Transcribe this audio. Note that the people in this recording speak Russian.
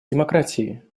демократии